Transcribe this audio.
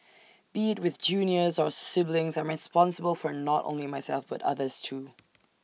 be IT with juniors or siblings I'm responsible for not only myself but others too